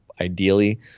ideally